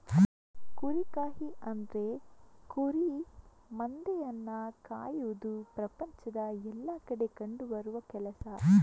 ಕುರಿಗಾಹಿ ಅಂದ್ರೆ ಕುರಿ ಮಂದೆಯನ್ನ ಕಾಯುವುದು ಪ್ರಪಂಚದ ಎಲ್ಲಾ ಕಡೆ ಕಂಡು ಬರುವ ಕೆಲಸ